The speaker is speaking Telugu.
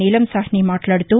నీలం సాహ్ని మాట్లాదుతూ